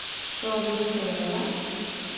shoulders stay relaxed.